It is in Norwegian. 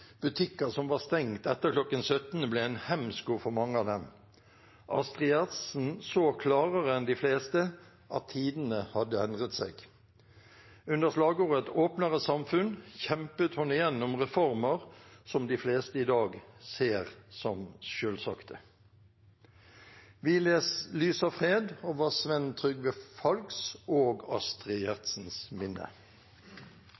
Butikker som var stengt etter kl. 17, ble en hemsko for mange av dem. Astrid Gjertsen så klarere enn de fleste at tidene hadde endret seg. Under slagordet «Et åpnere samfunn» kjempet hun igjennom reformer som de fleste i dag ser som selvsagte. Vi lyser fred over Sven Trygve Falcks og Astrid